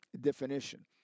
definition